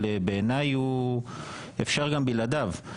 אבל בעיניי אפשר גם בלעדיו.